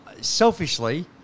selfishly